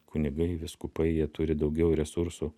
kunigai vyskupai jie turi daugiau resursų